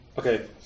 Okay